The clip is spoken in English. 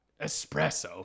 espresso